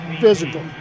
physical